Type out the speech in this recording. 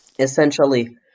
Essentially